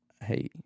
Hey